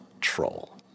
troll